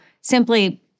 simply